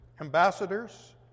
ambassadors